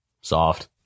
Soft